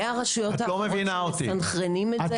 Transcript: והרשויות האחרות שמסנכרנים את זה,